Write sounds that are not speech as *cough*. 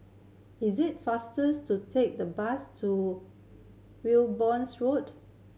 is it faster *unintelligible* to take the bus to *unintelligible* Road